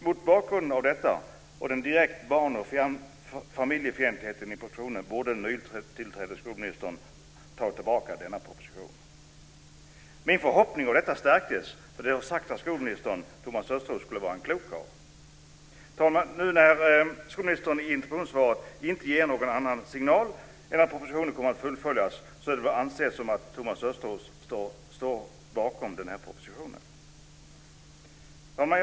Mot bakgrund av detta och den direkta barn och familjefientligheten i propositionen borde den nytillträdde skolministern ha tagit tillbaka denna proposition. Min förhoppning om detta stärktes av att det har sagts att skolminister Thomas Östros skulle vara en klok karl. Fru talman! När nu skolministern i interpellationssvaret inte ger någon annan signal än att propositionen kommer att fullföljas får det väl anses att Thomas Östros står bakom den här propositionen. Fru talman!